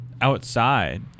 outside